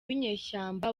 w’inyeshyamba